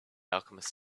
alchemist